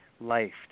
life